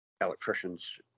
electricians